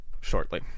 shortly